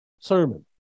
sermon